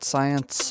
Science